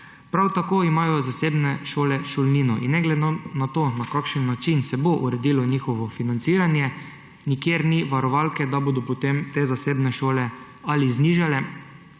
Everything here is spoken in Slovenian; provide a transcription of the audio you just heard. Prav tako imajo zasebne šole šolnino. In ne glede na to, na kakšen način se bo uredilo njihovo financiranje, nikjer ni varovalke, da bodo potem te zasebne šole znižale